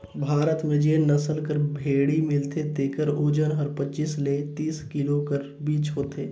भारत में जेन नसल कर भेंड़ी मिलथे तेकर ओजन हर पचीस ले तीस किलो कर बीच होथे